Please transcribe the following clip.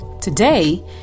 Today